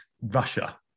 Russia